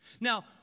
Now